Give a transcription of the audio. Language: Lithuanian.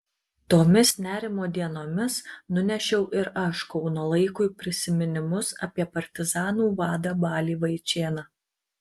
tomis nerimo dienomis nunešiau ir aš kauno laikui prisiminimus apie partizanų vadą balį vaičėną